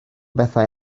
bethau